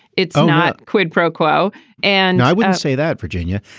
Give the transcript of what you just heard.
it's not quid pro quo and i wouldn't say that virginia.